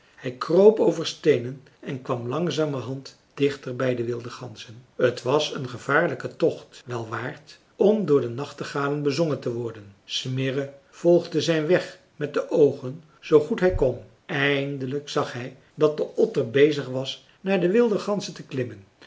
hij kroop over steenen en kwam langzamerhand dichter bij de wilde ganzen t was een gevaarlijke tocht wel waard om door de nachtegalen bezongen te worden smirre volgde zijn weg met de oogen zoo goed hij kon eindelijk zag hij dat de otter bezig was naar de wilde ganzen te klimmen